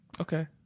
okay